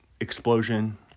explosion